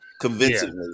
convincingly